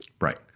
Right